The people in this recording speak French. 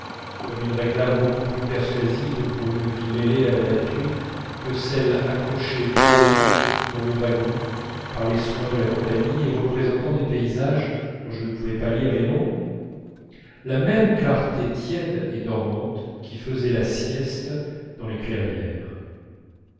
comme une réclame beaucoup plus persuasive pour une vie mêlée à la nature que celles accrochées trop haut dans le wagon par les soins de la compagnie et représentant des paysages dont je ne pouvais pas lire les noms la même clarté tiède et dormante qui faisait la sieste dans les clairières